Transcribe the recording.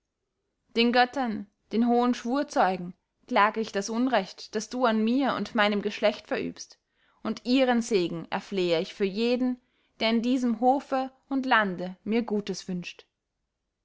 den göttern den hohen schwurzeugen klage ich das unrecht das du an mir und meinem geschlecht verübst und ihren segen erflehe ich für jeden der in diesem hofe und lande mir gutes wünscht